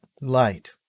light